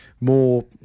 more